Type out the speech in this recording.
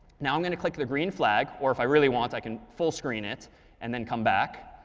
now, i'm going to click the green flag, or if i really want, i can full screen it and then come back.